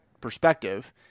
perspective